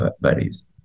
buddies